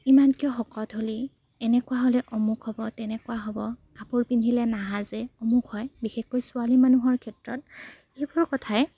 ইমান কিয় শকত হ'লি এনেকুৱা হ'লে অমুক হ'ব তেনেকুৱা হ'ব কাপোৰ পিন্ধিলে নাসাজে অমুক হয় বিশেষকৈ ছোৱালী মানুহৰ ক্ষেত্ৰত এইবোৰ কথাই